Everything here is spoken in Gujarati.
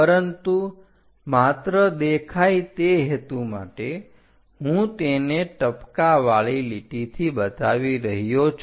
પરંતુ માત્ર દેખાય તે હેતુ માટે હું તેને ટપકાવાળી લીટીથી બતાવી રહ્યો છું